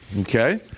Okay